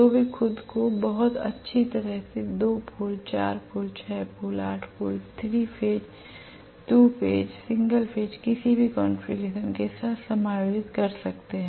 तो वे खुद को बहुत अच्छी तरह से 2 pole 4 pole 6 pole 8 pole 3 phase 2 phase single phase किसी भी कॉन्फ़िगरेशन के साथ समायोजित कर सकते हैं